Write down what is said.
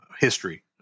history